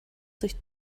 sich